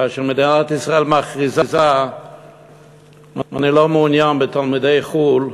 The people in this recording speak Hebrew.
כאשר מדינת ישראל מכריזה שהיא לא מעוניינת בתלמידי חו"ל,